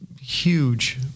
huge